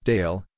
Dale